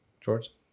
George